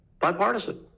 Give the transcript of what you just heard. Bipartisan